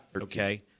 Okay